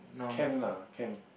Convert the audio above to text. can lah can